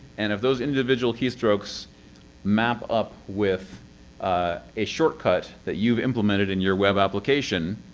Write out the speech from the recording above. and if those individual keystrokes map up with a shortcut that you've implemented in your web application,